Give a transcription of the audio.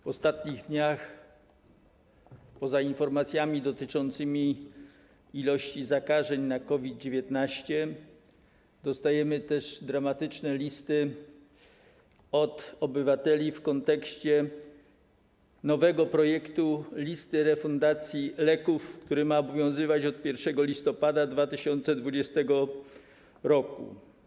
W ostatnich dniach poza informacjami dotyczącymi ilości zakażeń na COVID-19 dostajemy też dramatyczne listy od obywateli w kontekście nowego projektu listy refundacji leków, który ma obowiązywać od 1 listopada 2020 r.